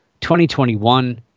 2021